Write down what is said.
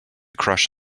crush